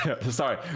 Sorry